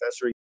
professor